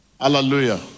Hallelujah